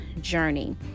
journey